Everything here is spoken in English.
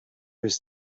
his